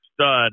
stud